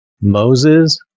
Moses